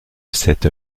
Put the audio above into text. cette